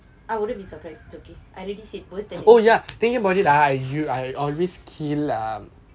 I wouldn't be surprised okay I already said worse than